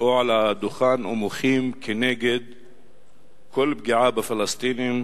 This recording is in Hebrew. על הדוכן ומוחים על כל פגיעה בפלסטינים,